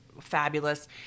fabulous